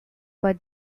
but